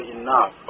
enough